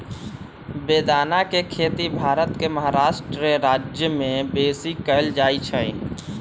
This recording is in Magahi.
बेदाना के खेती भारत के महाराष्ट्र राज्यमें बेशी कएल जाइ छइ